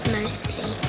Mostly